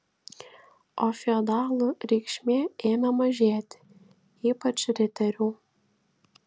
o feodalų reikšmė ėmė mažėti ypač riterių